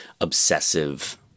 obsessive